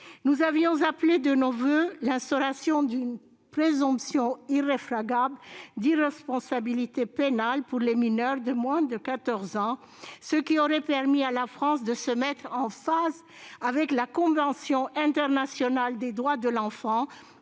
Nous avions appelé de nos voeux l'instauration d'une présomption irréfragable d'irresponsabilité pénale pour les mineurs de moins de 14 ans, ce qui aurait permis à la France de se mettre en conformité avec la convention internationale des droits de l'enfant,